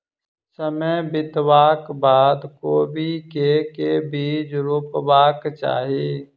समय बितबाक बाद कोबी केँ के बीज रोपबाक चाहि?